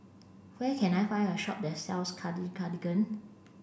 where can I find a shop that sells Cartigain